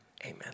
Amen